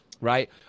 right